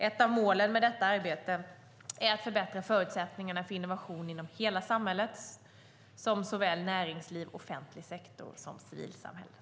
Ett av målen med detta arbete är att förbättra förutsättningarna för innovation inom hela samhället såväl inom näringsliv och offentlig sektor som inom civilsamhället.